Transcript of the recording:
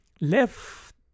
left